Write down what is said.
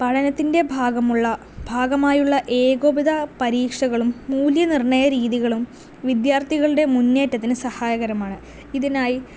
പഠനത്തിൻ്റെ ഭാഗമുള്ള ഭാഗമായുള്ള ഏകോപത പരീക്ഷകളും മൂല്യനിർണയ രീതികളും വിദ്യാർത്ഥികളുടെ മുന്നേറ്റത്തിന് സഹായകരമാണ് ഇതിനായി